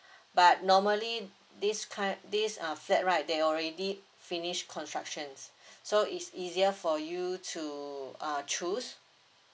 but normally this kind this uh flat right they already finish constructions so is easier for you to uh choose